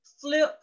flip